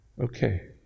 Okay